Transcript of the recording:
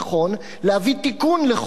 להביא תיקון לחוק הג"א.